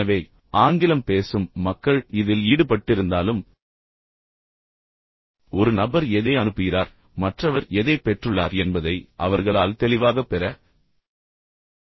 எனவே ஆங்கிலம் பேசும் மக்கள் இதில் ஈடுபட்டிருந்தாலும் ஒரு நபர் எதை அனுப்புகிறார் மற்றவர் எதைப் பெற்றுள்ளார் என்பதை அவர்களால் தெளிவாகப் பெற முடியவில்லை